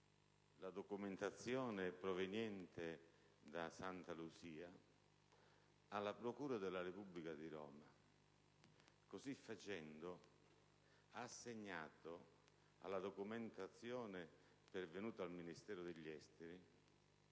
la documentazione proveniente da Santa Lucia alla procura della Repubblica di Roma. Così facendo, egli ha assegnato alla documentazione pervenuta al Ministero degli affari